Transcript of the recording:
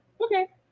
Okay